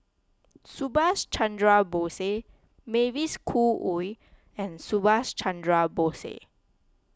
Subhas Chandra Bose Mavis Khoo Oei and Subhas Chandra Bose